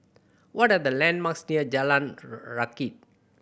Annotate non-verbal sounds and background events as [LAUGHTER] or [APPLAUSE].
what are the landmarks near Jalan [UNINTELLIGIBLE] Rakit